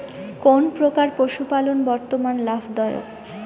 কোন প্রকার পশুপালন বর্তমান লাভ দায়ক?